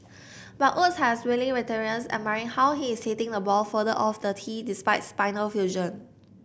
but Woods has wily veterans admiring how he is hitting the ball further off the tee despite spinal fusion